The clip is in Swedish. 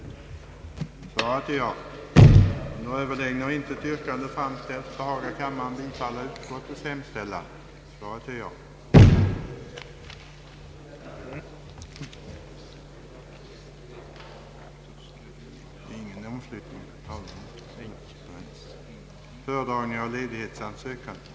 Herr talman! För två år sedan diskuterade jag det här ärendet med herr Tistad. Undertecknad anhåller härmed om ledighet under tiden från och med den 1 till och med den 11 april 1970 för att dels närvara vid invigning av tunnelbana i Budapest, dels deltaga i konferens i Tokyo och Osaka med metrokommittén inom Union Internationale des Transport Publics .